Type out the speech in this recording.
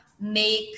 make